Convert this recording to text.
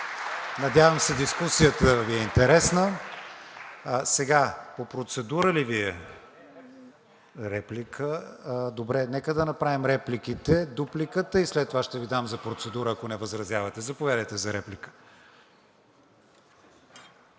Надявам се дискусията да е интересна. По процедура ли Вие? Реплика. Добре, нека да направим репликите, дупликата и след това ще Ви дам за процедура, ако не възразявате. Заповядайте за реплика.